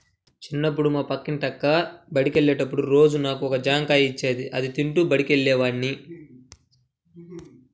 చిన్నప్పుడు మా పక్కింటి అక్క బడికెళ్ళేటప్పుడు రోజూ నాకు ఒక జాంకాయ ఇచ్చేది, అది తింటూ బడికెళ్ళేవాడ్ని